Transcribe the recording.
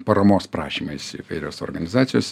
paramos prašymais įvairios organizacijos